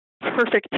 perfect